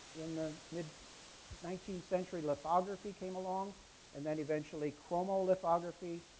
in the mid nineteenth century, lithography came along and then eventually chromolithography.